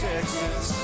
Texas